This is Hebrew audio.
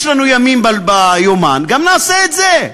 יש לנו ימים ביומן, נעשה גם את זה.